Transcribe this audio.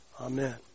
Amen